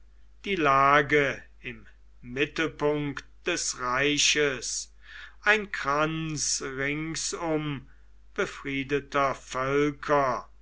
die lage im mittelpunkt des reiches ein kranz ringsum befriedeter völker